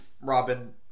Robin